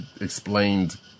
explained